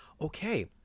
okay